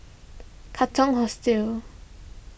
Katong Hostel